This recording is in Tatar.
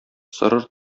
сорыр